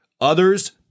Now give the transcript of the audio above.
Others